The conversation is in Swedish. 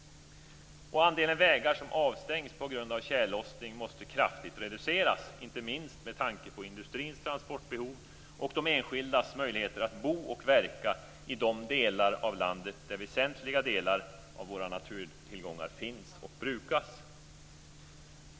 Andelen vägar som stängs av på grund av tjällossning måste kraftigt reduceras, inte minst med tanke på industrins transportbehov och de enskildas möjligheter att bo och verka i de delar av landet där väsentliga delar av våra naturtillgångar finns och brukas.